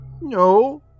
No